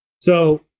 So-